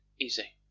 easy